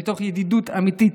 מתוך ידידות אמיתית,